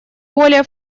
более